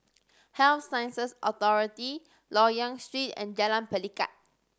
Health Sciences Authority Loyang Street and Jalan Pelikat